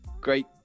great